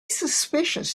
suspicious